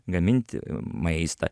gaminti maistą